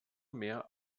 mehr